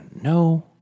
No